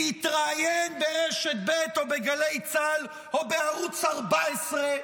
להתראיין ברשת ב' או בגלי צה"ל או בערוץ 14,